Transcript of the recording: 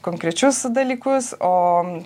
konkrečius dalykus o